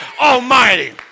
Almighty